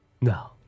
No